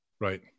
Right